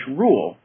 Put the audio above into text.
rule